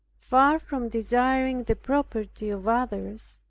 far from desiring the property of others,